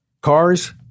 Cars